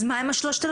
אז מה הם ה-3,300?